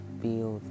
feel